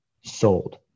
sold